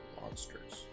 monsters